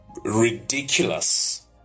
ridiculous